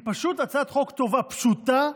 היא פשוט הצעת חוק טובה, פשוטה,